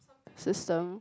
system